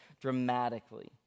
dramatically